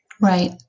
Right